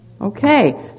Okay